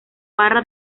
barra